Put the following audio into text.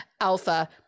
alpha